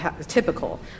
typical